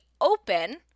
open